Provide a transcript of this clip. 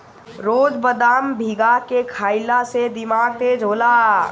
रोज बदाम भीगा के खइला से दिमाग तेज होला